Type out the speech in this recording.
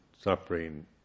suffering